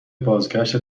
بازگشت